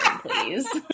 please